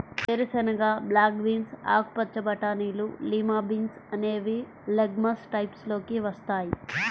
వేరుశెనగ, black beans, ఆకుపచ్చ బటానీలు, లిమా బీన్స్ అనేవి లెగమ్స్ టైప్స్ లోకి వస్తాయి